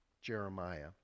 Jeremiah